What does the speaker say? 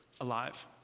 alive